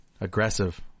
aggressive